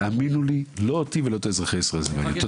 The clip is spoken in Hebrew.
תאמינו לי, לא אותי ולא את אזרחי ישראל זה מעניין.